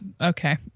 Okay